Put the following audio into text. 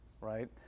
right